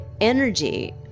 energy